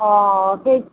অঁ সেই